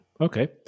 Okay